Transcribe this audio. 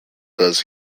does